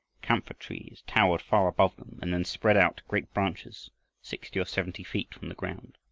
camphor trees towered far above them and then spread out great branches sixty or seventy feet from the ground.